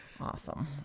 Awesome